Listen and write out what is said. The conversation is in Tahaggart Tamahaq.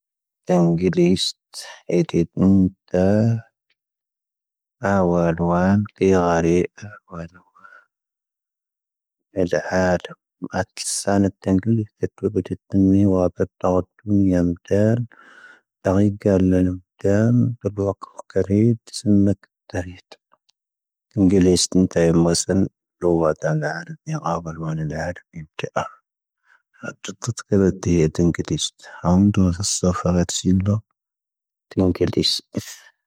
ⵜⵏⵊⵍⵢⵙⵜ ⴰⴷⵢⴷ ⵏⵎⵜⴰ. ⴰⵡⵍ ⵡⴰⵎⵜⵄⴰⵔⵢ ⴰⵡⵍ. ⴻⴹⴰ ⴰⵔⵎ ⴰⴽⵙⴰⵏ ⴰⵍⵜⵏⵊⵍⵢⵀ ⵜⴱⵜⴷⵏⵢ ⵡⴰⴱⵜⵄⵟⵏⵢ ⴰⵎⵜⵄⵔ. ⵜⵖⵢⵊⵀⵔ ⵍⵍⵎⵜⴰⵜ ⴱⵔⵡⵇ ⵡⴽⵔⵢⴷ ⵙⵎⴽⵜⵔⵢⴷ. ⵜⵏⵊⵍⵢⵙⵜ ⵏⵜⴰⵜ ⵎⵟⵍ ⵔⵡⵜ ⴷⴰⵏⵄⵔ. ⵏⵇⴰⴱⵍ ⵡⴰⵏ ⴰⵍⵄⵔⴱ ⵢⵎⵜⵄⵔ. ⵜⵏⵊⵍⵢⵙⵜ ⴰⴷⵢⴷ ⵏⵎⵜⵄⵔ. ⵡⴰⵎⵜⵄⴰⵔⵢ ⴰⵎⵜⵄⵔ. ⵜⵏⵊⵍⵢⵙⵜ.